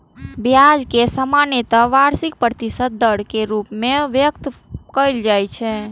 ब्याज कें सामान्यतः वार्षिक प्रतिशत दर के रूप मे व्यक्त कैल जाइ छै